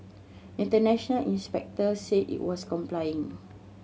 international inspectors said it was complying